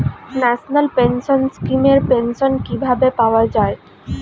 National pension scheme এর pension কিভাবে পাওয়া যায়?